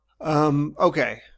Okay